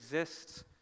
exists